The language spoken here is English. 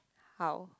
how